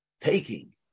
taking